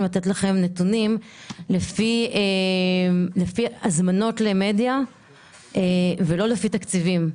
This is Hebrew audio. לתת לכם נתונים לפי הזמנות למדיה ולא לפי תקציבים.